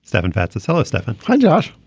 stefan fatsis hello stefan hi josh.